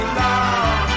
love